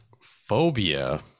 phobia